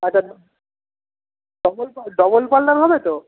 আচ্ছা double double পাল্লার হবে তো